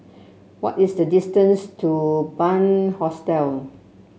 what is the distance to Bunc Hostel